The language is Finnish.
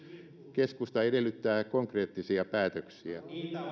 keskusta edellyttää konkreettisia päätöksiä